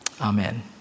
Amen